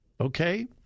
Okay